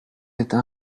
êtes